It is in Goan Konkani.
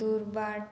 दुर्बाट